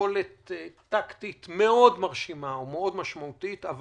ליכולת טקטית מרשימה מאוד ומשמעותית מאוד,